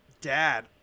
Dad